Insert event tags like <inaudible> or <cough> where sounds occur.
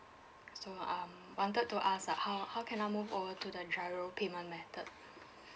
so um wanted to ask like how how can I move over to the giro payment method <breath>